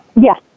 Yes